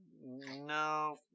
No